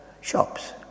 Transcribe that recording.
Shops